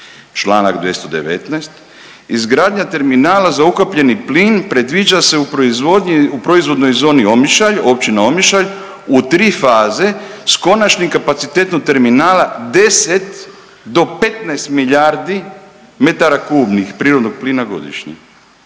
Članak 219. Izgradnja terminala za ukapljeni plin predviđa se u proizvodnji, u proizvodnoj zoni Omišalj, općina Omišalj u tri faze s konačnim kapacitetom terminala 10 do 15 milijardi metara kubnih prirodnog plina godišnje.